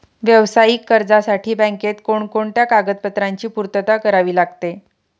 व्यावसायिक कर्जासाठी बँकेत कोणकोणत्या कागदपत्रांची पूर्तता करावी लागते?